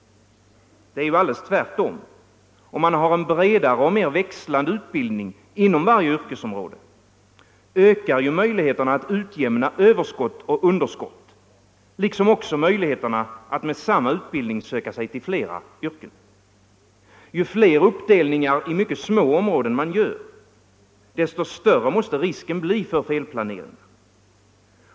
Det är ju alldeles tvärtom: om man har en bredare och mer växlande utbildning inom varje yrkesområde ökar möjligheterna att utjämna överskott och underskott liksom också möjligheterna att med samma utbildning söka sig till flera yrken. Ju fler uppdelningar i småområden man gör, desto större måste risken bli för felplaneringar.